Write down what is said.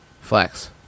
Flex